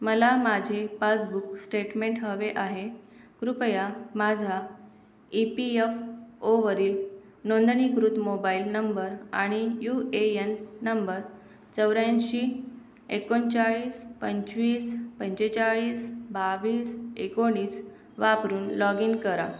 मला माझे passbook statement हवे आहे कृपया माझा ई पी एफ ओवरील नोंदणीकृत मोबाईल नंबर आणि यु ए एन नंबर चौऱ्याऐंशी एकोणचाळीस पंचवीस पंचेचाळीस बावीस एकोणीस वापरून लॉग इन करा